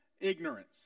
ignorance